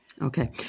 Okay